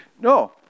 No